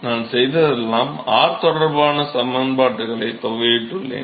நான் செய்ததெல்லாம் r தொடர்பான சமன்பாடுகளை தொகையிட்டுள்ளேன்